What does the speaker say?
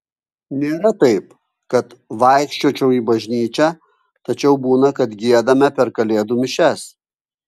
nėra taip kad vaikščiočiau į bažnyčią tačiau būna kad giedame per kalėdų mišias